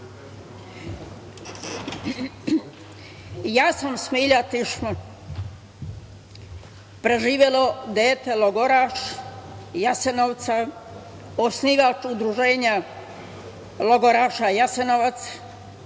Ja sam Smilja Tišma, preživelo dete logoraš Jasenovca, osnivač Udruženja logoraša Jasenovac,